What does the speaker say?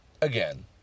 again